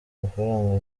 amafaranga